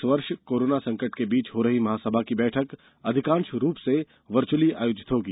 इस वर्ष कोरोना संकट के बीच हो रही महासभा की बैठक अधिकांश रूप से वर्चअली आयोजित होगी